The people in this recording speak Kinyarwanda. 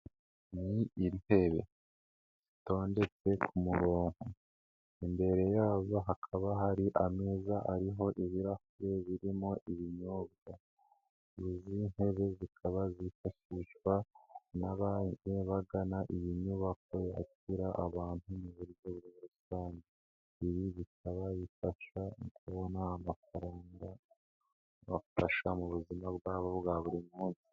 Ni intebe zitondetse ku muronko, imbere yazo hakaba hari ameza ariho ibirahuri birimo ibinyobwa, izi ntebe zikaba zifashishwa n'abaje bagana iyi nyubako yakira abantu mu buryo busanzwe, ibi bikaba bifasha kubona amafaranga abafasha mu buzima bwabo bwa buri munsi.